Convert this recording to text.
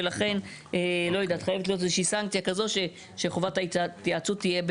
ולכן חייבת להיות איזושהי סנקציה כזאת שחובת ההיוועצות תהיה.